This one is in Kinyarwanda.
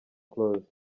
close